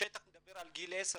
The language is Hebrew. השטח מדבר על גיל 10,